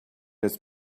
his